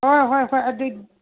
ꯍꯣꯏ ꯍꯣꯏ ꯍꯣꯏ ꯑꯗꯨ